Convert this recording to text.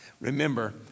remember